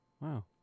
Wow